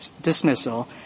dismissal